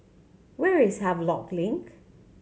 where is Havelock Link